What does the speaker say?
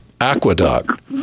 aqueduct